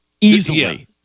Easily